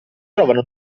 trovano